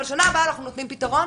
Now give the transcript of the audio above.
אבל בשנה הבאה אנחנו נותנים פתרון?